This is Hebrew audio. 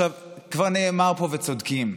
כבר נאמר פה, וצודקים,